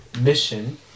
mission